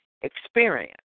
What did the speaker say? experience